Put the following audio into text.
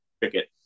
cricket